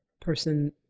person